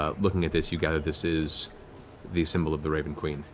ah looking at this, you gather this is the symbol of the raven queen.